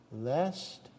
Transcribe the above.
Lest